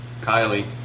Kylie